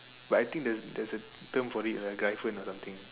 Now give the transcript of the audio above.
but I think there's there's a term for it lah Gryphon or something